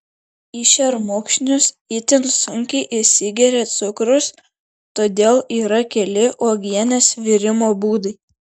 į šermukšnius itin sunkiai įsigeria cukrus todėl yra keli uogienės virimo būdai